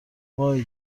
وای